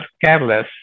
careless